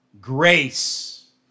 Grace